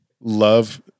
love